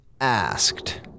asked